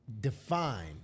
define